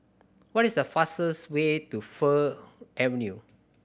what is the fastest way to Fir Avenue